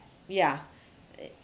ya